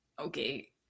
Okay